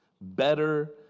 better